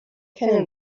kennen